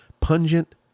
pungent